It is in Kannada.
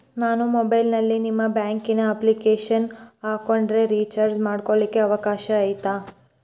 ನಾನು ಮೊಬೈಲಿನಲ್ಲಿ ನಿಮ್ಮ ಬ್ಯಾಂಕಿನ ಅಪ್ಲಿಕೇಶನ್ ಹಾಕೊಂಡ್ರೆ ರೇಚಾರ್ಜ್ ಮಾಡ್ಕೊಳಿಕ್ಕೇ ಅವಕಾಶ ಐತಾ?